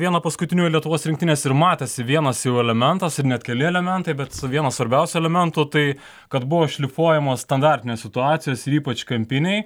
vieną paskutiniųjų lietuvos rinktinės ir matėsi vienas jau elementas ir net keli elementai bet vienas svarbiausių elementų tai kad buvo šlifuojamos standartinės situacijos ypač kampiniai